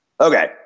Okay